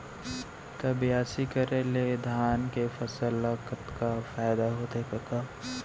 त बियासी करे ले धान के फसल ल कतका फायदा होथे कका?